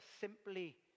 simply